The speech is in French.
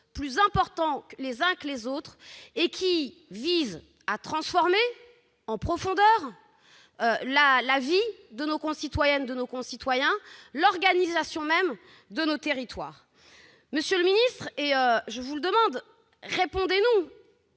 plus importants les uns que les autres, qui visent à transformer en profondeur la vie de nos concitoyennes et de nos concitoyens et l'organisation même de nos territoires. Monsieur le ministre, répondez-nous